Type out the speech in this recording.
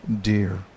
dear